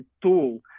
tool